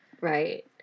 Right